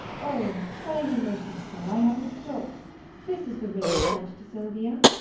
o, cry you mercy, sir, i have mistook this is the ring you sent to silvia.